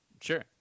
Sure